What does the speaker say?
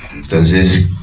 entonces